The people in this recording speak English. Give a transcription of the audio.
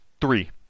Three